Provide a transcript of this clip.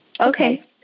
Okay